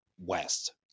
west